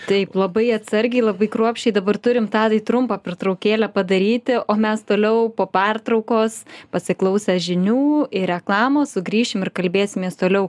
taip labai atsargiai labai kruopščiai dabar turim tadai trumpą pertraukėlę padaryti o mes toliau po pertraukos pasiklausę žinių ir reklamos sugrįšim ir kalbėsimės toliau